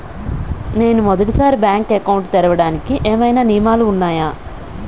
నేను మొదటి సారి బ్యాంక్ అకౌంట్ తెరవడానికి ఏమైనా నియమాలు వున్నాయా?